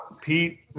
Pete